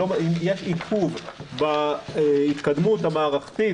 אם יש עיכוב בהתקדמות המערכתית,